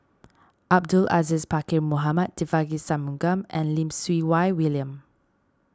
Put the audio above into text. Abdul Aziz Pakkeer Mohamed Devagi Sanmugam and Lim Siew Wai William